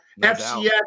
FCS